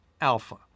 Alpha